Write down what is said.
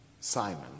Simon